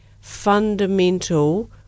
fundamental